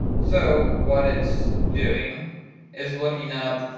so what it's doing is looking up